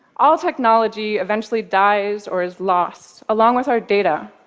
all technology eventually dies or is lost, along with our data,